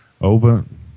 open